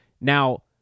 Now